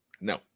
No